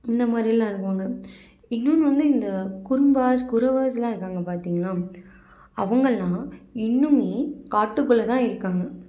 இந்த மாதிரி எல்லாம் இருப்பாங்க இன்னொன்று வந்து இந்த குறும்பாஸ் குறவர்ஸ்லாம் இருக்காங்க பார்த்திங்களா அவங்கெல்லாம் இன்னும் காட்டுக்குள்ளே தான் இருக்காங்க